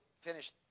finish